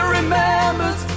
remembers